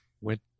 Went